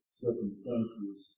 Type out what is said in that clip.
circumstances